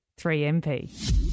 3MP